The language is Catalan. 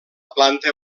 planta